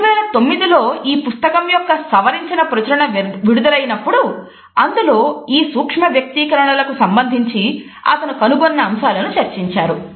2009 లో ఈ పుస్తకం యొక్క సవరించిన ప్రచురణ విడుదలైనప్పుడు అందులో ఈ సూక్ష్మ వ్యక్తీకరణల కు సంబంధించి అతను కనుగొన్న అంశాలను చర్చించారు